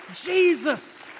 Jesus